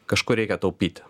kažkur reikia taupyti